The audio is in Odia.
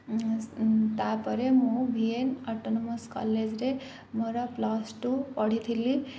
ତା'ପରେ ମୁଁ ଭି ଏନ୍ ଅଟୋନୋମସ୍ କଲେଜ୍ରେ ମୋର ପ୍ଲସ୍ ଟୁ ପଢ଼ିଥିଲି